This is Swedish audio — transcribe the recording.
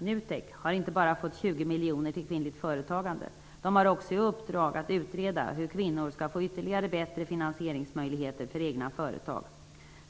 NUTEK har inte bara fått 20 miljoner till kvinnligt företagande, utan man har också i uppdrag att utreda hur kvinnor skall få ytterligare bättre finansieringsmöjligheter för egna företag